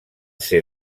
ser